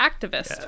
Activist